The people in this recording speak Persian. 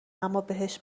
امابهش